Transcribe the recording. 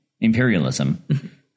imperialism